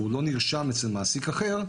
והוא לא נרשם אצל מעסיק אחר,